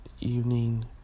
evening